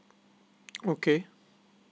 okay